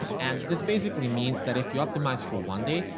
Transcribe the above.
and this basically means that if you optimize for one day,